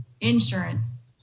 insurance